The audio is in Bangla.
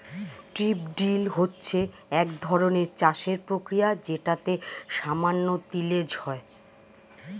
স্ট্রিপ ড্রিল হচ্ছে একধরনের চাষের প্রক্রিয়া যেটাতে সামান্য তিলেজ হয়